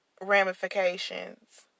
Ramifications